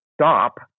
stop